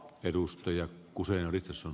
arvoisa herra puhemies